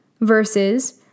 versus